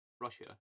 Russia